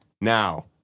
now